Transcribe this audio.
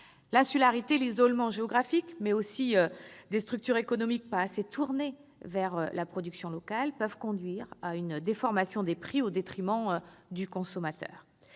L'insularité, l'isolement géographique, ainsi que des structures économiques pas assez tournées vers la production locale, peuvent conduire à une déformation des prix au détriment du consommateur.